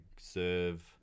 serve